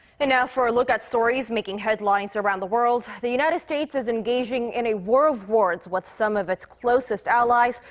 and now for a look at stories making headlines around the world. the united states is engaging in a war of words with some of its closest allies,